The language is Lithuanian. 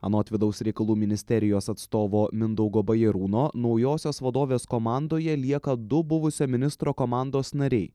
anot vidaus reikalų ministerijos atstovo mindaugo bajarūno naujosios vadovės komandoje lieka du buvusio ministro komandos nariai